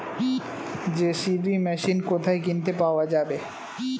JCB machine কোথায় কিনতে পাওয়া যাবে?